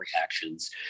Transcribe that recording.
reactions